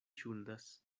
ŝuldas